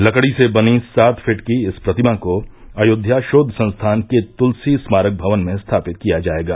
लकड़ी से बनी सात फिट की इस प्रतिमा को अयोध्या शोध संस्थान के तुलसी स्मारक भवन में स्थापित किया जायेगा